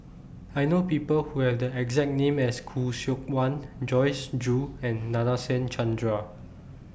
I know People Who Have The exact name as Khoo Seok Wan Joyce Jue and Nadasen Chandra